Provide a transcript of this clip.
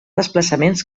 desplaçaments